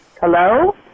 Hello